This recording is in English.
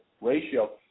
ratio